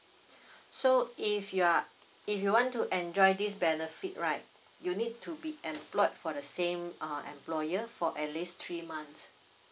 so if you are if you want to enjoy this benefit right you need to be employed for the same uh employer for at least three months